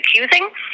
accusing